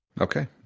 Okay